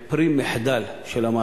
זה פרי מחדל של המערכת.